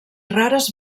rares